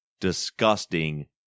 disgusting